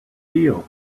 feel